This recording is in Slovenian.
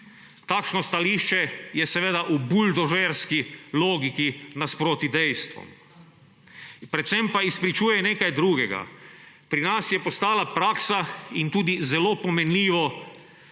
Takšno stališče je seveda v buldožerski logiki nasproti dejstvom. Predvsem pa izpričuje nekaj druga, pri nas je postala praksa in tudi zelo pomenljivo,